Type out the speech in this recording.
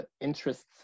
interests